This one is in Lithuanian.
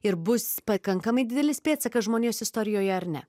ir bus pakankamai didelis pėdsakas žmonijos istorijoje ar ne